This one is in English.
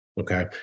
okay